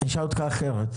אני אשאל אותך אחרת.